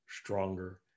stronger